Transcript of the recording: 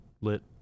lit